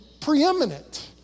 preeminent